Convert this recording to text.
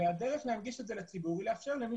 והדרך להנגיש את זה לציבור היא לאפשר למי